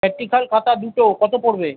practical খাতা দুটো কত পড়বে